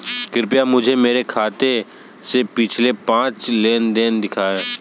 कृपया मुझे मेरे खाते से पिछले पाँच लेन देन दिखाएं